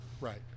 Right